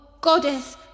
goddess